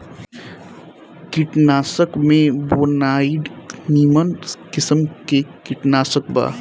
कीटनाशक में बोनाइड निमन किसिम के कीटनाशक बा